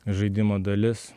žaidimo dalis